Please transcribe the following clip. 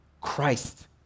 Christ